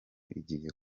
igiye